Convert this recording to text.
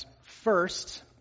first